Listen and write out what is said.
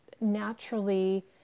naturally